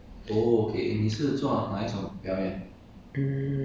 yeah kind of performer lah call myself a performer